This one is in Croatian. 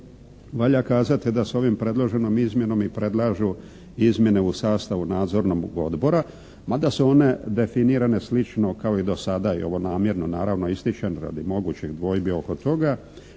valja kazati da s ovom predloženom izmjenom i predlažu izmjene u sastavu nadzornog odbora mada su one definirane slično kao i do sada i ovo namjerno naravno ističem radi mogućih dvojbi oko toga.